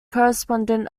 correspondent